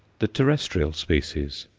the terrestrial species,